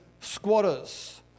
squatters